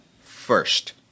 first